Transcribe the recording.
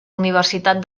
universitat